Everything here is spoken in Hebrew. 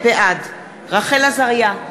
בעד רחל עזריה,